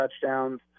touchdowns